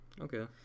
Okay